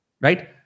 Right